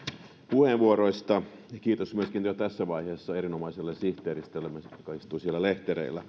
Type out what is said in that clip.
puheenvuoroista ja kiitos jo tässä vaiheessa hyvästä työstä myöskin erinomaiselle sihteeristöllemme joka istuu siellä lehtereillä